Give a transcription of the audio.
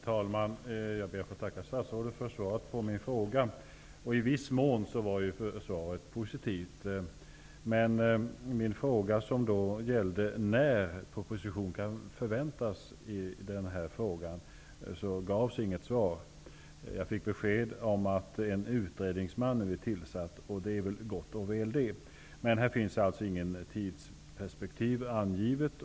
Herr talman! Jag ber att få tacka statsrådet för svaret på min fråga. I viss mån var svaret positivt, men på min fråga om när proposition kan förväntas gavs inget svar. Jag fick besked om att en utredningsman nu har tillsatts, och det är gott och väl. Men här finns alltså inte något tidsperspektiv angivet.